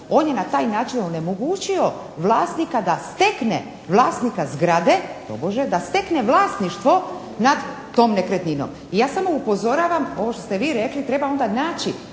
on je na taj način onemogućio vlasnika da stekne, vlasnika zgrade tobože da stekne vlasništvo nad tom nekretninom. Ja samo upozoravam, ovo što ste vi rekli, treba onda naći